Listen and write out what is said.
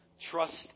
Trust